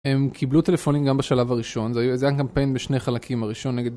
הם קיבלו טלפונים גם בשלב הראשון, זה היה קמפיין בשני חלקים, הראשון נגד...